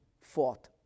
fought